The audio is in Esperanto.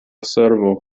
servo